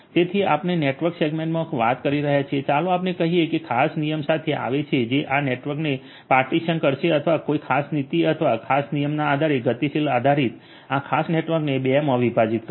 તેથી આપણે નેટવર્ક સેગમેન્ટમાં વાત કરી રહ્યા છીએ ચાલો આપણે કહીએ કે ખાસ નિયમ સાથે આવે છે જે આ નેટવર્કને પાર્ટીશન કરશે અથવા કોઈ ખાસ નીતિ અથવા ખાસ નિયમના આધારે ગતિશીલ આધારિત આ ખાસ નેટવર્કને 2 માં વિભાજિત કરશે